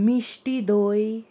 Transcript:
मिश्टी धोय